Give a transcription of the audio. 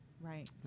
Right